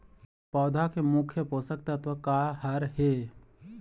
पौधा के मुख्य पोषकतत्व का हर हे?